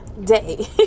day